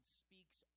speaks